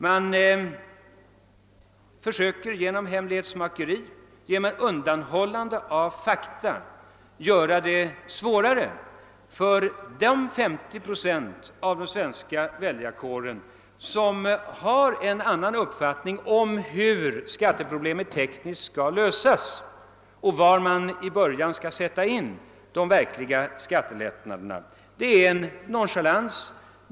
Den har försökt att genom hemlighetsmakeri och genom undanhållande av fakta göra det svårare för de 50 procent av den svenska väljarkåren, som har en annan uppfattning än regeringen om hur skatteproblemet tekniskt skall lösas. Det vittnar om nonchalans.